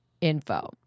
info